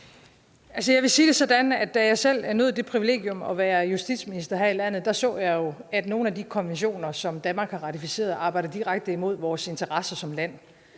jeg vil sige det sådan, at da jeg selv nød det privilegium at være justitsminister her i landet, så jeg jo, at nogle af de konventioner, som Danmark har ratificeret, arbejder direkte imod vores lands interesser.